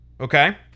Okay